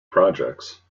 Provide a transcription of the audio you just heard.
projects